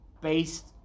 based